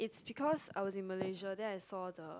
because I was in Malaysia then I saw the